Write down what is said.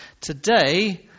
today